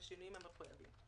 בשינויים המחויבים.